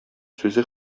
сүзе